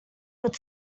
would